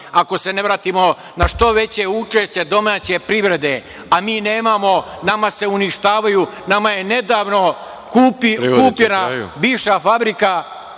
ako se ne vratimo na što veće učešće domaće privrede. Mi nemamo, nama se uništavaju, nama je nedavno kupljena bivša fabrika